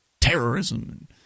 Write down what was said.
terrorism